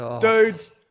Dudes